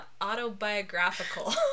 Autobiographical